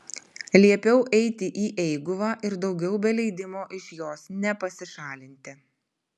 liepiau eiti į eiguvą ir daugiau be leidimo iš jos nepasišalinti